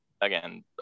again